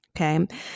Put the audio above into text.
Okay